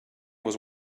was